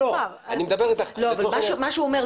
אני מדבר איתך --- מה שהוא אומר,